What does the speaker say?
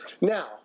Now